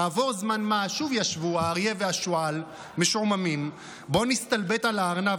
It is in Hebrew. כעבור זמן מה שוב ישבו האריה והשועל משועממים: בוא נסתלבט על הארנב,